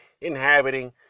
inhabiting